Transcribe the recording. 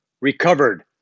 recovered